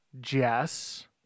jess